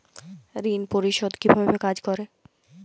ঋণ পরিশোধ কিভাবে কাজ করে?